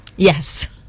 yes